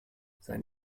sein